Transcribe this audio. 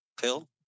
pill